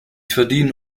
verdienen